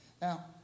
Now